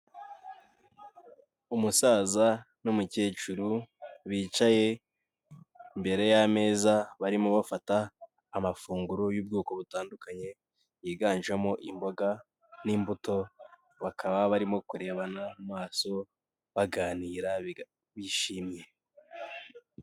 Umusaza n'umukecuru bicaye imbere y'ameza barimo bafata amafunguro y'ubwoko butandukanye yiganjemo imboga n'imbuto, bakaba barimo kurebana mu maso baganira bishimye.